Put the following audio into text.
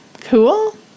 cool